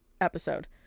episode